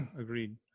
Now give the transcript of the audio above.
agreed